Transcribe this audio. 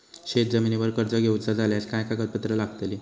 शेत जमिनीवर कर्ज घेऊचा झाल्यास काय कागदपत्र लागतली?